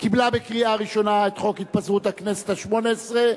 להעביר את הצעת חוק התפזרות הכנסת השמונה-עשרה,